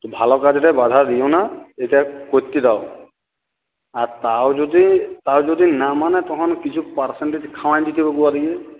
তো ভালো কাজটায় বাধা দিও না এটা করতে দাও আর তাও যদি তাও যদি না মানে তখন কিছু পার্সেন্টেজ খাওয়ান দিতে হবে ওদেরকে